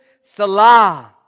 Salah